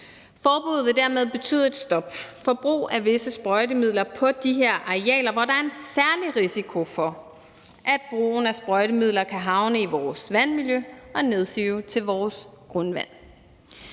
Forbuddet vil dermed betyde et stop for brug af visse sprøjtemidler på de her arealer, hvor der er en særlig risiko for, at brugen af sprøjtemidler kan medføre, at sprøjtemidler havner i vores vandmiljø og nedsiver til vores grundvand.